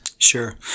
Sure